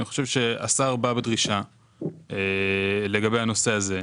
אני חושב שהשר בא בדרישה לגבי הנושא הזה.